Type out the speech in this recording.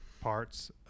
parts